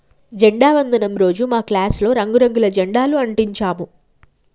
జెండా వందనం రోజు మా క్లాసులో రంగు రంగుల జెండాలు అంటించాము